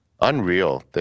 Unreal